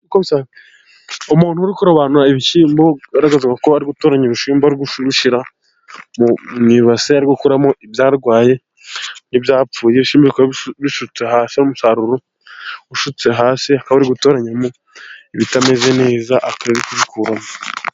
Umuntu uri kurobanura ibishyimbo bigaragaza ko ari gutoranya ibishyimbo ari kubishyira mu ibase , ari gukuramo ibyarwaye n'ibyapfuye bisutse hasi umusaruro usutse hasi akaba ari ugutoranya ibitameze neza akaba ari kubikuramo.